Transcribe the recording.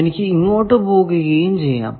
എനിക്ക് ഇങ്ങോട്ടു പോകുകയും ചെയ്യാം